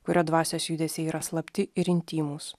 kurio dvasios judesiai yra slapti ir intymūs